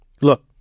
look